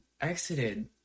exited